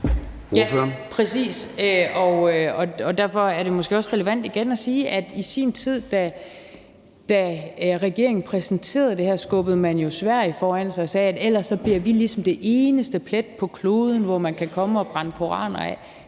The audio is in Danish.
Ja, præcis. Derfor er det måske også relevant igen at sige, at i sin tid, da regeringen præsenterede det her, skubbede man jo Sverige foran sig og sagde, at ellers bliver vi ligesom den eneste plet på kloden, hvor man kan komme og brænde koraner af.